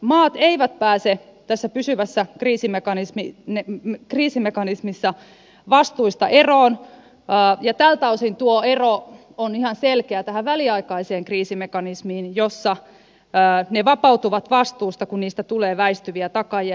maat eivät pääse tässä pysyvässä kriisimekanismissa vastuista eroon ja tältä osin tuo ero on ihan selkeä tähän väliaikaiseen kriisimekanismiin jossa ne vapautuvat vastuusta kun niistä tulee väistyviä takaajia